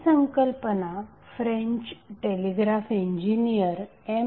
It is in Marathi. ही संकल्पना फ्रेंच टेलिग्राफ इंजिनियर एम